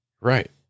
Right